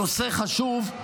הנושא חשוב,